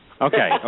Okay